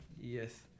Yes